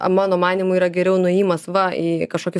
mano manymu yra geriau nuėjimas va į kažkokį